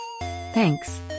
Thanks